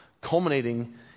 culminating